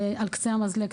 זה על קצה המזלג.